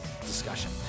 discussion